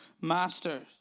masters